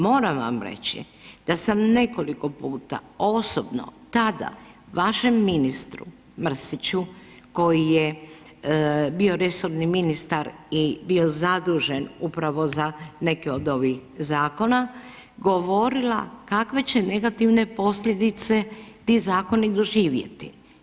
Moram vam reći da sam nekoliko puta osobno tada vašem ministru Mrsiću koji je bio resorni ministar i bio zadužen upravo za neke od ovih zakona, govorila kakve će negativne posljedice ti zakoni živjeti.